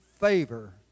favor